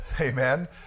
Amen